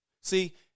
See